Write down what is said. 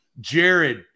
Jared